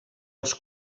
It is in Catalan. els